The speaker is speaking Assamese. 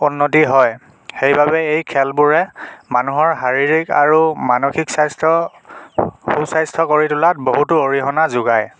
উন্নতি হয় সেইবাবে এই খেলবোৰে মানুহৰ শাৰীৰিক আৰু মানসিক স্বাস্থ্যৰ সু স্বাস্থ্য কৰি তোলাত বহুতো অৰিহণা যোগায়